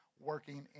working